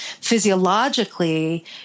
physiologically